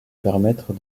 permettre